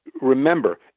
Remember